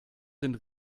sind